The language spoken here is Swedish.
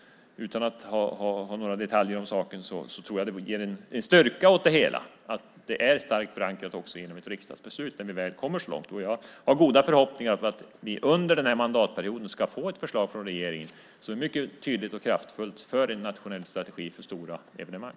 Utan att ha några detaljer om saken tror jag att det ger en styrka åt det hela att det är förankrat i ett riksdagsbeslut när vi kommer så långt. Jag har goda förhoppningar om att vi under den här mandatperioden ska få ett förslag från regeringen som är tydligt och kraftfullt för en nationell strategi för stora evenemang.